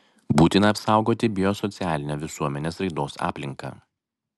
būtina apsaugoti biosocialinę visuomenės raidos aplinką